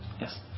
Yes